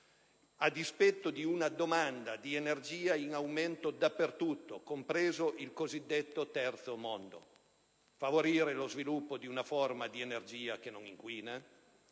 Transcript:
a dispetto di una domanda di energia in aumento dappertutto, compreso il cosiddetto Terzo mondo e per favorire lo sviluppo di una forma di energia che non inquina.